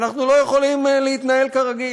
אנחנו לא יכולים להתנהל כרגיל,